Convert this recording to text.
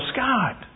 Scott